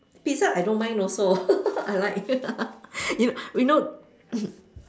Pizza I don't mind also I like you we know